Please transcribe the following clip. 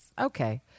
Okay